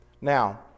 now